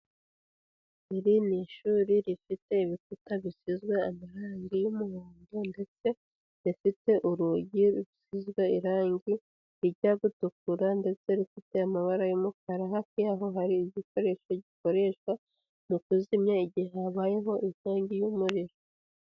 Iri ni ishuri rifite ibikuta bisizwe amarangi y'umuhondo ndetse rifite urugi rusizwe irangi rijya gutukura ndetse rufite amabara y'umukara, hafi y'aho hari igikoresho gikoreshwa mu kuzimya, igihe habayeho inkongi y'umuriro.